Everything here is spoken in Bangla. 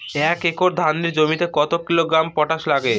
এক একর ধানের জমিতে কত কিলোগ্রাম পটাশ লাগে?